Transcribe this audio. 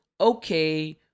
okay